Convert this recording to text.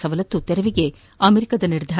ಸವಲತ್ತು ತೆರವಿಗೆ ಅಮೆರಿಕದ ನಿರ್ಧಾರ